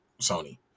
Sony